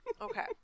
Okay